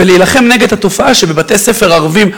ולהילחם נגד התופעה שבבתי-ספר ערביים,